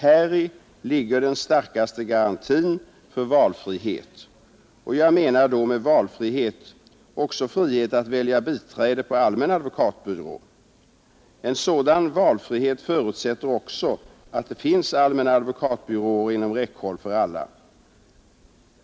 Häri ligger den starkaste garantin för valfrihet, och jag menar då med valfrihet också frihet att välja biträde på allmän advokatbyrå. En sådan valfrihet förutsätter också att det finns allmänna advokatbyråer inom räckhåll för alla.